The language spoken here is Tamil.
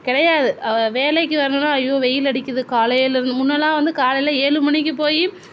கிடையாது வேலைக்கு வருணும்னா அய்யோ வெயில் அடிக்குது காலையிலேருந்து முன்னலாம் வந்து காலையில் ஏழு மணிக்கு போய்